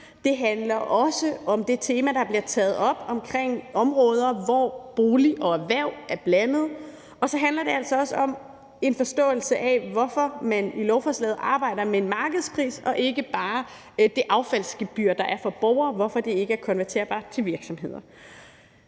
det handler også om det tema, der bliver taget op omkring områder, hvor boliger og erhverv er blandet, og så handler det altså også om en forståelse af, hvorfor man i lovforslaget arbejder med en markedspris, og hvorfor det affaldsgebyr, der er for borgere, ikke er konverterbart til virksomheder.